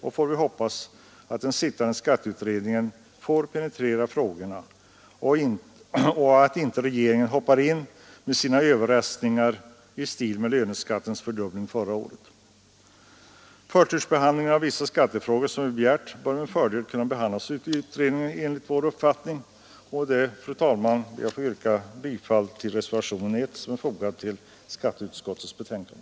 Vi får hoppas att den sittande skatteutredningen får penetrera frågorna och att inte regeringen hoppar in med överraskningar i stil med löneskattens fördubbling förra året. Vissa 4 juni 1973 skattefrågor bör, som vi begärt, kunna behandlas av utredningen med RR förtur. Den ekonomiska Fru talman! Jag ber att få yrka bifall till reservationen 1 vid